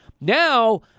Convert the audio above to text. now –